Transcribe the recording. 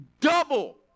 double